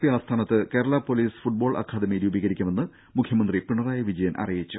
P ആസ്ഥാനത്ത് Kerala police football academy രൂപീകരിക്കുമെന്ന് മുഖ്യമന്ത്രി പിണറായി വിജയൻ അറിയിച്ചു